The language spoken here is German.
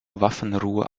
waffenruhe